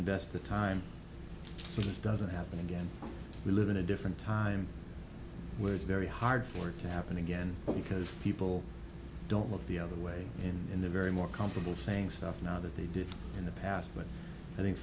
invest the time so this doesn't happen again we live in a different time where it's very hard for it to happen again because people don't look the other way in the very more comfortable saying stuff now that they did in the past but i think